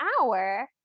hour